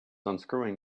unscrewing